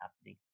happening